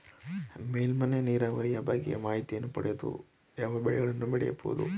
ಮೇಲ್ಮೈ ನೀರಾವರಿಯ ಬಗ್ಗೆ ಮಾಹಿತಿಯನ್ನು ಪಡೆದು ಯಾವ ಬೆಳೆಗಳನ್ನು ಬೆಳೆಯಬಹುದು?